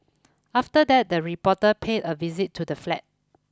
after that the reporter paid a visit to the flat